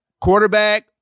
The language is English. Quarterback